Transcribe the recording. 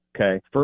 Okay